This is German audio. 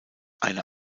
eine